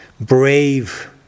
brave